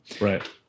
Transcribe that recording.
Right